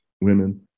women